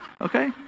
Okay